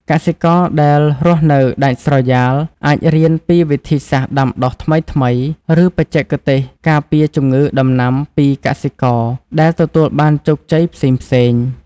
កសិករដែលរស់នៅដាច់ស្រយាល អាចរៀនពីវិធីសាស្ត្រដាំដុះថ្មីៗ ឬបច្ចេកទេសការពារជំងឺដំណាំពីកសិករដែលទទួលបានជោគជ័យផ្សេងទៀត។